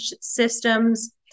systems